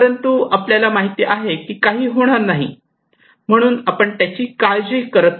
परंतु आपल्याला माहिती आहे की काही होणार नाही म्हणून आपण त्याचे काळजी करत नाही